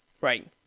Right